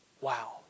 Wow